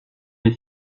les